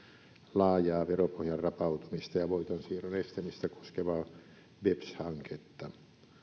laajaa veropohjan rapautumista ja voitonsiirron estämistä koskevaa beps hanketta